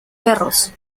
perros